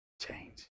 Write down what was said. change